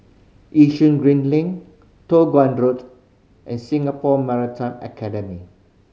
Yishun Green Link Toh Guan Road and Singapore Maritime Academy